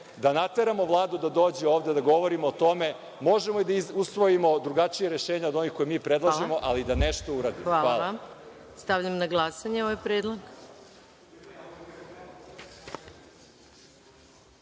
da nateramo Vladu da dođe ovde, da govorimo o tome. Možemo da usvojimo drugačija rešenja od ovih koja mi predlažemo, ali da nešto uradimo. Hvala. **Maja Gojković** Stavljam na glasanje ovaj predlog. Molim